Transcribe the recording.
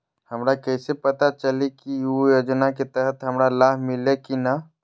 हमरा कैसे पता चली की उ योजना के तहत हमरा लाभ मिल्ले की न?